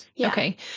Okay